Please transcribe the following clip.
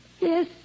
Yes